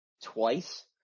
twice